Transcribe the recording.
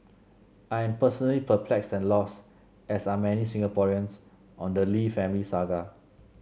I am personally perplexed and lost as are many Singaporeans on the Lee family saga